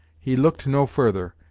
he looked no further,